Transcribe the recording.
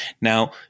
Now